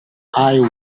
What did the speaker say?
calls